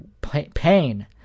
pain